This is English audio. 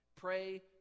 pray